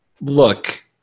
look